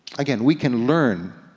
again, we can learn,